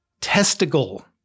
testicle